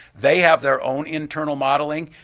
they have their own internal modeling.